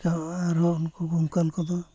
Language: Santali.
ᱟᱨᱚ ᱩᱱᱠᱩ ᱠᱩᱝᱠᱟᱹᱞ ᱠᱚᱫᱚ